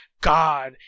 GOD